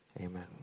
amen